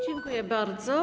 Dziękuję bardzo.